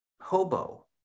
hobo